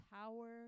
power